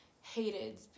hated